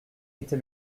était